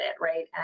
Right